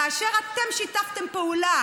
כאשר אתם שיתפתם פעולה